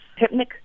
hypnic